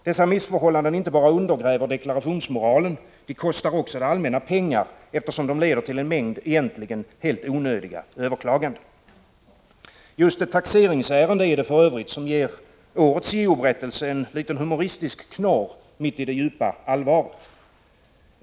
Dessa missförhållanden inte bara undergräver deklarationsmoralen — de kostar också det allmänna pengar eftersom de leder till en mängd egentligen helt onödiga överklaganden. Just ett taxeringsärende ger för övrigt årets JO-berättelse en litet humoristisk knorr mitt i det djupa allvaret.